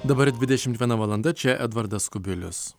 dabar dvidešimt viena valanda čia edvardas kubilius